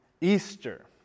Easter